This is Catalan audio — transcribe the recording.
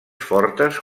fortes